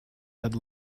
had